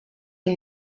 que